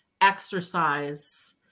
exercise